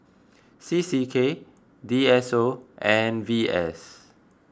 C C K D S O and V S